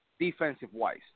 defensive-wise